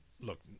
look